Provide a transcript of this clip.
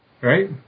Right